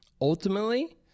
ultimately